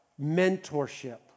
mentorship